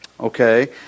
Okay